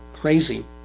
crazy